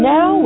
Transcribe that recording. Now